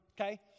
Okay